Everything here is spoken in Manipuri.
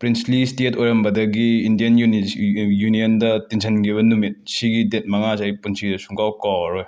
ꯄ꯭ꯔꯤꯟꯁꯂꯤ ꯁ꯭ꯇꯦꯠ ꯑꯣꯏꯔꯝꯕꯗꯒꯤ ꯏꯟꯗꯤꯌꯟ ꯎꯅꯤ ꯌꯨꯅ꯭ꯌꯟꯗ ꯇꯤꯟꯁꯤꯟꯈꯤꯕ ꯅꯨꯃꯤꯠ ꯑꯁꯤꯒꯤ ꯗꯦꯠ ꯃꯉꯥꯁꯦ ꯑꯩ ꯄꯨꯟꯁꯤꯗ ꯁꯨꯡꯀꯥꯎ ꯀꯥꯎꯔꯔꯣꯏ